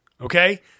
Okay